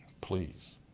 Please